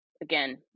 again